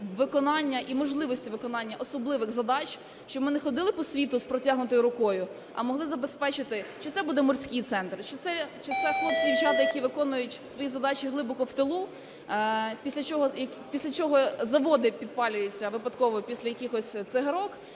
виконання і можливості виконання особливих задач. Щоб ми не ходили по світу з протягнутою рукою, а могли забезпечити, чи це буде морський центр, чи це хлопці і дівчата, які виконують свої задачі глибоко в тилу, після чого заводи підпалюються випадково, після якихось цигарок